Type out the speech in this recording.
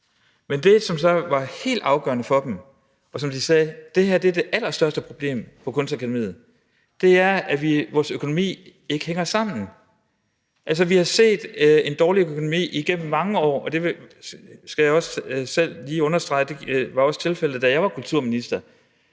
men det, som så var helt afgørende, og som de sagde var det allerstørste problem på Kunstakademiet, var, at deres økonomi ikke hænger sammen. Vi har set en dårlig økonomi igennem mange år, og det skal jeg selv lige understrege også var tilfældet, da jeg var kulturminister,